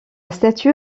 statue